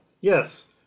Yes